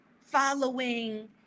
following